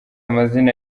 amazina